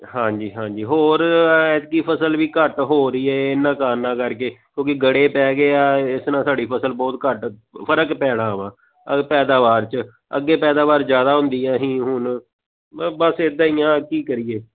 ਹਾਂਜੀ ਹਾਂਜੀ ਹੋਰ ਐਤਕੀ ਫ਼ਸਲ ਵੀ ਘੱਟ ਹੋ ਰਹੀ ਹੈ ਇਹਨਾਂ ਕਾਰਨਾ ਕਰਕੇ ਕਿਉਂਕਿ ਗੜੇ ਪੈ ਗਏ ਆ ਇਸ ਨਾਲ ਸਾਡੀ ਫ਼ਸਲ ਬਹੁਤ ਘੱਟ ਫ਼ਰਕ ਪੈਣਾ ਵਾ ਅਗਰ ਪੈਦਾਵਾਰ 'ਚ ਅੱਗੇ ਪੈਦਾਵਾਰ ਜ਼ਿਆਦਾ ਹੁੰਦੀ ਹੈ ਅਸੀਂ ਹੁਣ ਬਸ ਇਦਾਂ ਹੀ ਆ ਕੀ ਕਰੀਏ